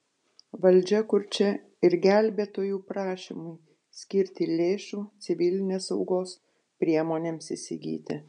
valdžia kurčia ir gelbėtojų prašymui skirti lėšų civilinės saugos priemonėms įsigyti